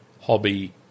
hobby